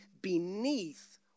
beneath